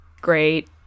great